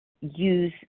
use